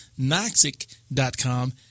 Noxic.com